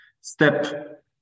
step